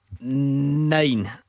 nine